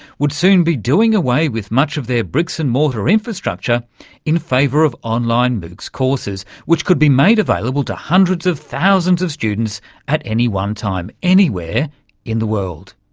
would soon be doing away with much of their bricks-and-mortar infrastructure in favour of online moocs courses which could be made available to hundreds of thousands of students at any one time anywhere in the world.